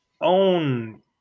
own